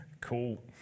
Cool